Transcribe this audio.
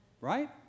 right